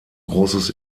großes